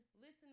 listen